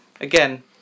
again